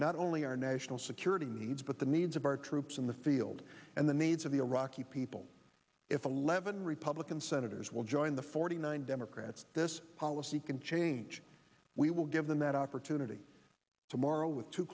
not only our national security needs but the needs of our troops in the field and the needs of the iraqi people if eleven republican senators will join the forty nine democrats this policy can change we will give them that opportunity tomorrow with two